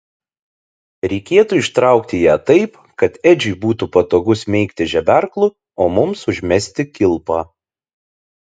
reikėtų ištraukti ją taip kad edžiui būtų patogu smeigti žeberklu o mums užmesti kilpą